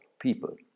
people